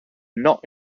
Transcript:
not